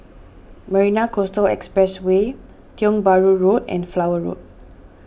Marina Coastal Expressway Tiong Bahru Road and Flower Road